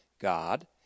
God